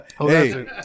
Hey